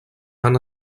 han